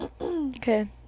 Okay